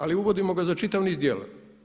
Ali uvodimo ga za čitav niz djela.